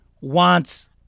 wants